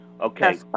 Okay